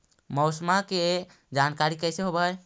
मौसमा के जानकारी कैसे होब है?